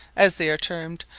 as they are termed,